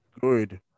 good